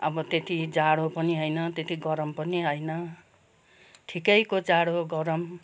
अब त्यति जाडो पनि होइन त्यति गरम पनि होइन ठिकैको जाडो गरम